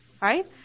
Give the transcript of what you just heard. right